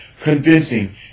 convincing